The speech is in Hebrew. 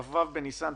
כ"ו בניסן,